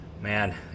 man